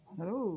Hello